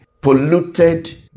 polluted